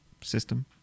system